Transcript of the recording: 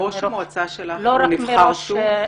ראש המועצה שלך נבחר שוב?